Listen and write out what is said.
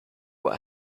what